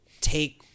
take